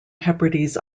hebrides